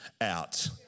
out